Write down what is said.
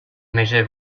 measure